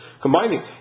combining